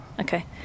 okay